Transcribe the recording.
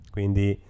Quindi